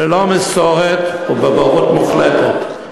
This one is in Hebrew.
ללא מסורת ובבורות מוחלטת.